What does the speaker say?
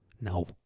No